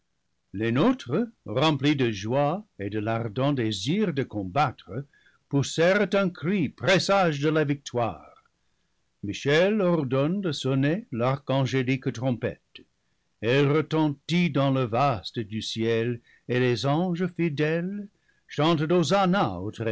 les nôtres remplis de joie et de l'ardent désir de combattre poussèrent un cri présage de la victoire michel ordonne de sonner l'archangélique trompette elle retentit dans le vaste du ciel et les anges fidèles chantent